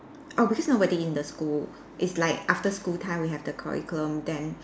orh because nobody in the school it's like after school time we have the curriculum then